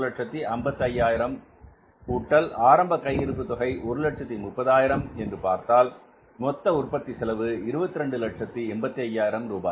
2155000 கூட்டல் ஆரம்ப கையிருப்பு தொகை 130000 என்று பார்த்தால் மொத்த உற்பத்தி செலவு 2285000 ரூபாய்